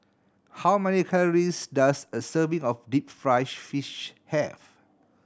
how many calories does a serving of deep fried fish have